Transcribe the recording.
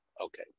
Okay